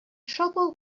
trouble